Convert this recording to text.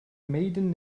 maiden